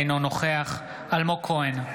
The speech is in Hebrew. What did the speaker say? אינו נוכח אלמוג כהן,